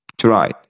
Try